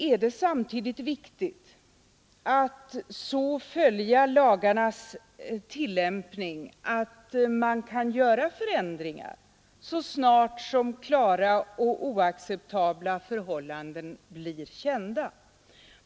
Samtidigt är det viktigt att uppmärksamt följa lagarnas tillämpning så att man kan göra förändringar så snart som klart oacceptabla förhållanden blir kända.